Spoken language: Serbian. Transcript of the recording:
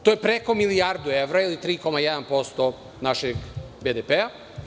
To je preko milijarde evra, ili 3,1% našeg BDP.